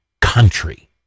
country